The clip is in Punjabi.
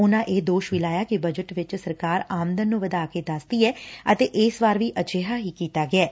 ਉਨੂਂ ਇਹ ਦੋਸ਼ ਵੀ ਲਾਇਆ ਕਿ ਬਜਟ ਚ ਸਰਕਾਰ ਆਮਦਨ ਨੂੰ ਵਧਾ ਕੇ ਦਸਦੀ ਐ ਅਤੇ ਇਸ ਵਾਰ ਵੀ ਅਜਿਹਾ ਹੀ ਕੀਤਾ ਗੈ